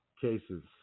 cases